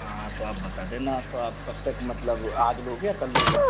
हाँ तो आप बता देना तो आप कब तक मतलब आज लोग क्या कल लोगे